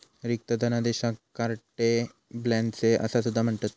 रिक्त धनादेशाक carte blanche असा सुद्धा म्हणतत